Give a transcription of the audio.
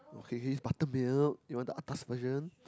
okay can use buttermilk you want the atas version